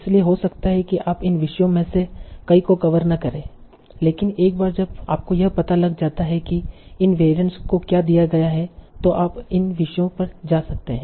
इसलिए हो सकता है कि आप इन विषयों में से कई को कवर न करें लेकिन एक बार जब आपको यह पता लग जाता है कि इन वेरिएंट्स को क्या दिया गया है तो आप इन विषयों पर जा सकते हैं